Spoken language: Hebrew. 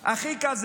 מיליון.